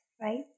right